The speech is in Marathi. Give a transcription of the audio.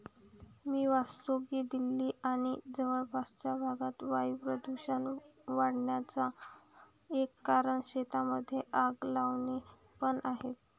मी वाचतो की दिल्ली आणि जवळपासच्या भागात वायू प्रदूषण वाढन्याचा एक कारण शेतांमध्ये आग लावणे पण आहे